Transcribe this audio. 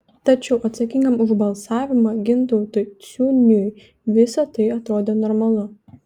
tačiau atsakingam už balsavimą gintautui ciuniui visa tai atrodė normalu